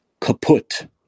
kaput